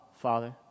Father